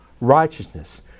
righteousness